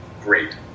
great